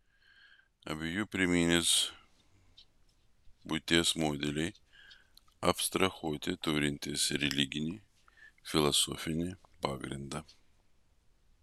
abiejų pirminės būties modeliai abstrahuoti turintys religinį filosofinį pagrindą